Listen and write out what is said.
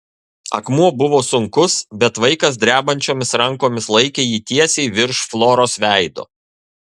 akmuo buvo sunkus bet vaikas drebančiomis rankomis laikė jį tiesiai virš floros veido